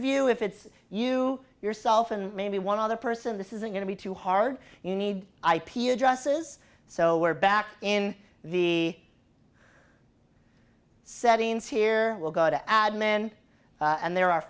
view if it's you yourself and maybe one other person this isn't going to be too hard you need ip addresses so we're back in the settings here we'll go to admin and there are